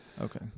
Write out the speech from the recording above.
Okay